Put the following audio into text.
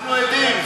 אנחנו עדים.